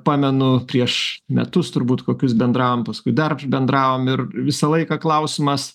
pamenu prieš metus turbūt kokius bendravom paskui dar bendravom ir visą laiką klausimas